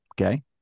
Okay